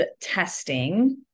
testing